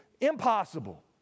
impossible